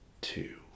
two